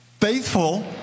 faithful